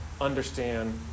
understand